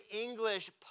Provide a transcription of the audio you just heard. English